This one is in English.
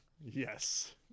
Yes